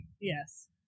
yes